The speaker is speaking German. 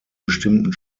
bestimmten